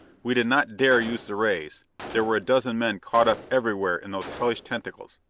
we did not dare use the rays there were a dozen men caught up everywhere in those hellish tentacles.